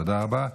תודה רבה.